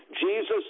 Jesus